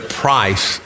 price